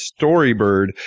Storybird